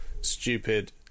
stupid